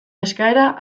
eskaera